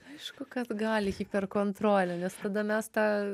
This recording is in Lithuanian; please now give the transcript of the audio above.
aišku kad gali hiperkontrolė nes tada mes tą